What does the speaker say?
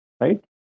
right